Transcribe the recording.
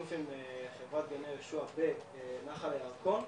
בשיתוף עם חברת גני יהושע ונחל הירקון,